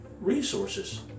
resources